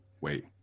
wait